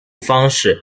方式